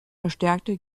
verstärkte